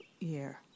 year